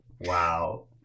wow